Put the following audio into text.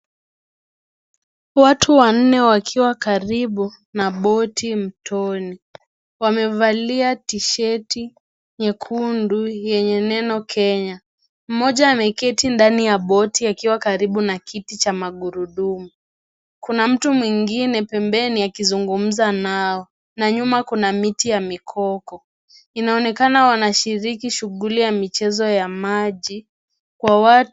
Watu wanne wakiwa karibu na boti mtoni wamevalia tisheti nyekundu yenye neno Kenya. Moja ameketi ndani ya boti akiwa karibu na kiti cha magurudumu. kuna mtu mwengine pembeni akizungumza nao na nyuma kuna miti ya mikoko inaonekana wanashiriki shughuli ya michezo ya maji.